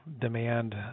demand